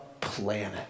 planet